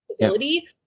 ability